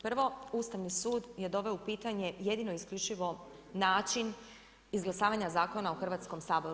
Prvo, Ustavni sud je doveo u pitanje jedino i isključivo način, izglasavanja Zakona u Hrvatskom saboru.